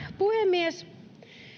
puhemies